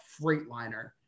freightliner